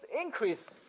increase